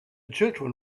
children